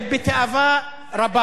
בתאווה רבה,